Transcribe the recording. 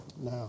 Now